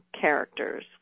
characters